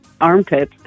Armpit